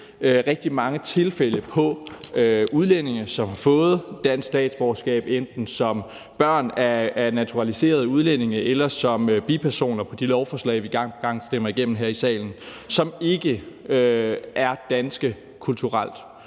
rigtig mange tilfælde med udlændinge, som har fået dansk statsborgerskab, enten som børn af naturaliserede udlændinge eller som bipersoner på de lovforslag, som vi gang på gang stemmer igennem her i salen, der ikke er danske kulturelt.